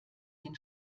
den